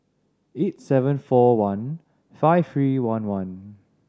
eight seven four one five three one one